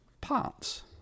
parts